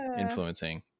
influencing